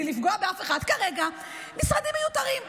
בלי לפגוע באף אחד, כרגע הם משרדים מיותרים.